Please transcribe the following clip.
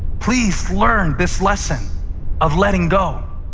please learn this lesson of letting go.